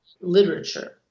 literature